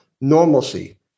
Normalcy